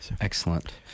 Excellent